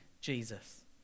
Jesus